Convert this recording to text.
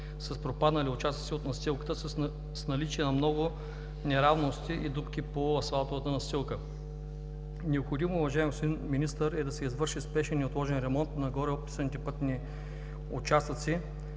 с пропаднали участъци от настилката с наличие на много неравности и дупки по асфалтовата настилка. Необходимо е, уважаеми господин Министър, да се извърши спешен и неотложен ремонт на гореописаните пътни участъци.